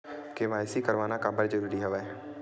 KYC करवाना काबर जरूरी हवय?